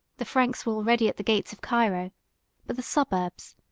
the franks were already at the gates of cairo but the suburbs,